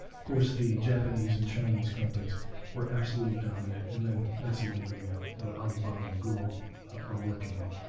of course the japanese and chinese companies were absolutely dominant and then that's even leaving out what alibaba and google are working on,